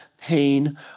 pain